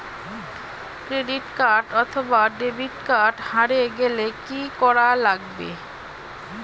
Credit card অথবা debit card হারে গেলে কি করা লাগবে?